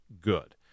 good